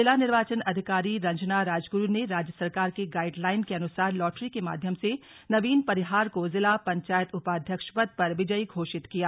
जिला निर्वाचन अधिकारी रंजना राजगुरू ने राज्य सरकार के गाइडलाइन के अनुसार लॉटरी के माध्यम से नवीन परिहार को जिला पंचायत उपाध्यक्ष पद पर विजयी घोषित किया गया